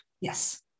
Yes